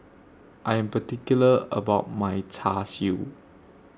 I Am particular about My Char Siu